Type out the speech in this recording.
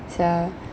sia